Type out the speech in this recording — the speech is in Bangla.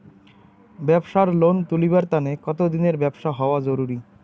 ব্যাবসার লোন তুলিবার তানে কতদিনের ব্যবসা হওয়া জরুরি?